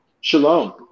Shalom